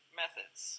methods